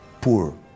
poor